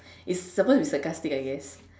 it's supposed to be sarcastic I guess